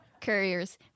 Couriers